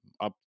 up